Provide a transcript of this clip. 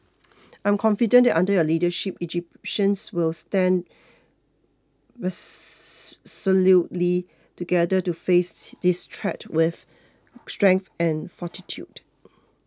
I'm confident that under your leadership Egyptians